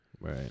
Right